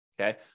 okay